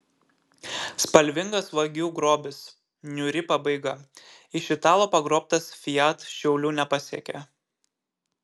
spalvingas vagių grobis niūri pabaiga iš italo pagrobtas fiat šiaulių nepasiekė